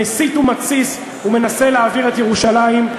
מסית ומתסיס ומנסה להבעיר את ירושלים.